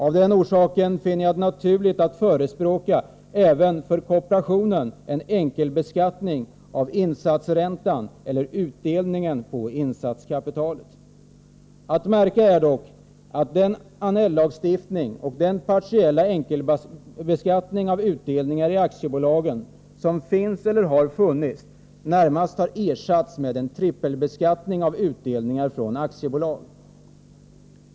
Av den orsaken finner jag det naturligt att även för kooperationen förespråka en enkelbeskattning av insatsräntan eller utdelningen på insatskapitalet. Att märka är dock att den Annellagstiftning och partiella enkelbeskattning av utdelningar i aktiebolagen som finns eller har funnits närmast har ersatts med en trippelbeskattning av utdelningar från aktiebolag.